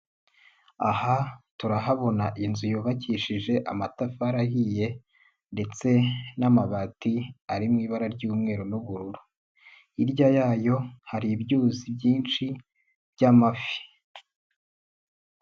Aha turahabona inzu yubakishije amatafari ahiye ndetse n'amabati ari mu ibara ry'umweru n'ubururu, hirya yayo hari ibyuzi byinshi by'amafi.